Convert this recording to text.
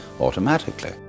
automatically